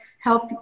help